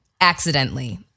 accidentally